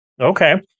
Okay